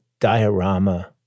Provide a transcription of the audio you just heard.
diorama